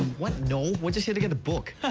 what? no. we're just here to get a book.